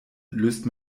löst